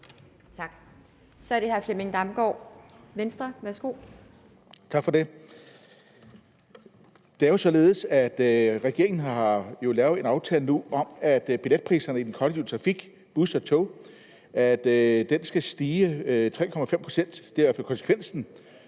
Kl. 17:55 Flemming Damgaard Larsen (V): Tak for det. Det er således, at regeringen nu har lavet en aftale om, at billetpriserne i den kollektive trafik, bus og tog, skal stige 3,5 pct. Det er i hvert fald konsekvensen